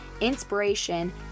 inspiration